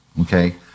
okay